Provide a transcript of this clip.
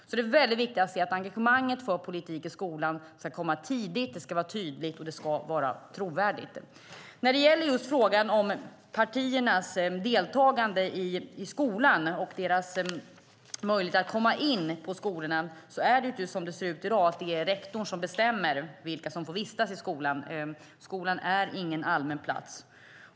Det är väldigt viktigt att se att engagemanget för politik i skolan ska komma tidigt. Det ska vara tydligt, och det ska vara trovärdigt. När det gäller frågan om partiernas deltagande i skolan och deras möjlighet att komma in på skolorna är det som det ser ut i dag rektorn som bestämmer vilka som får vistas i skolan - skolan är ingen allmän plats.